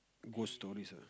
ghost stories ah